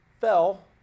fell